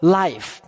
life